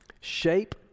Shape